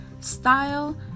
style